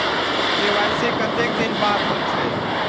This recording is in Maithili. के.वाई.सी कतेक दिन बाद होई छै?